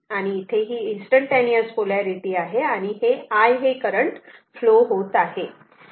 आणि इथे ही इन्स्टंटटेनिअस पोलारिटी instantaneous polarity आहे आणि I हे करंट फ्लो होत आहे